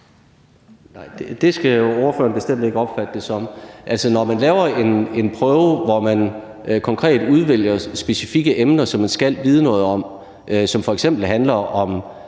det skal ordføreren bestemt ikke opfatte det som. Altså, når man laver en prøve, hvor man konkret udvælger specifikke emner, som man skal vide noget om, som f.eks. handler om